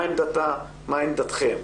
מה עמדתה ומה עמדתכם.